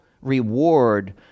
reward